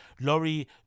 Laurie